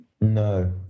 No